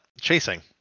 chasing